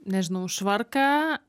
nežinau švarką